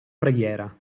preghiera